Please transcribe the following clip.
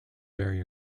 vary